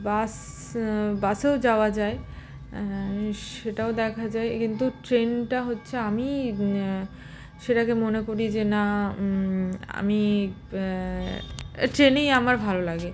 বাস বাসেও যাওয়া যায় সেটাও দেখা যায় কিন্তু ট্রেনটা হচ্ছে আমি সেটাকে মনে করি যে না আমি ট্রেনেই আমার ভালো লাগে